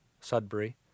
Sudbury